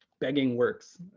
begging works,